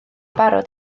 barod